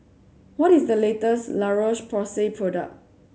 what is the latest La Roche Porsay product